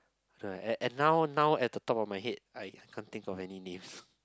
right and now now at the top of my head I can't think of any names